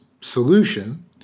solution